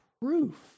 proof